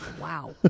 Wow